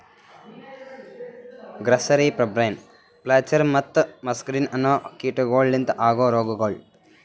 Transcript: grasserie, pebrine, flacherie ಮತ್ತ muscardine ಅನೋ ಕೀಟಗೊಳ್ ಲಿಂತ ಆಗೋ ರೋಗಗೊಳ್